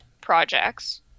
projects